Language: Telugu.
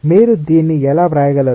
మీరు దీన్ని ఎలా వ్రాయగలరు